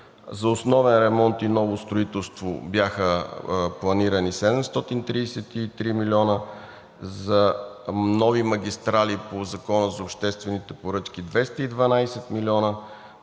за основен ремонт и ново строителство бяха планирани 733 милиона; за нови магистрали по Закона за обществените поръчки – 212 милиона;